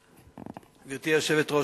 גברתי היושבת-ראש,